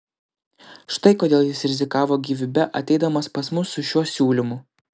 štai kodėl jis rizikavo gyvybe ateidamas pas mus su šiuo siūlymu